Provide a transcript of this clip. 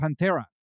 Pantera